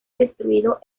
destruido